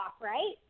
right